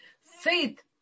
faith